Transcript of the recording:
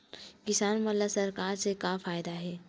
किसान मन ला सरकार से का फ़ायदा हे?